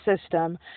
system